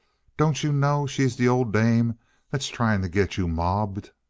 don't you know she's the old dame that's trying to get you mobbed?